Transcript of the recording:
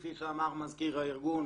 כפי שאמר מזכיר הארגון,